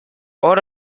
hor